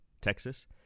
Texas